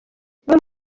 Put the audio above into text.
zimwe